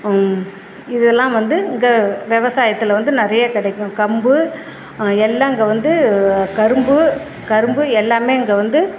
இதெலாம் வந்து இங்கே விவசாயத்தில் வந்து நிறைய கிடைக்கும் கம்பு எல்லாம் இங்கே வந்து கரும்பு கரும்பு எல்லாம் இங்கே வந்து